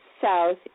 south